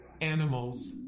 Animals